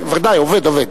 ודאי, עובד, עובד.